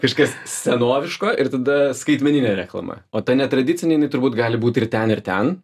kažkas senoviško ir tada skaitmeninė reklama o ta netradicinė jinai turbūt gali būti ir ten ir ten